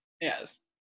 yes